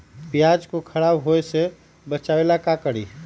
प्याज को खराब होय से बचाव ला का करी?